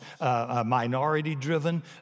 minority-driven